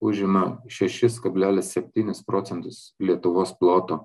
užima šešis kablelis septynis procentus lietuvos ploto